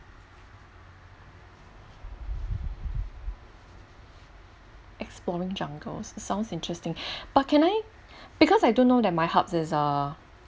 exploring jungles sounds interesting but can I because I don't know that my hubs is ah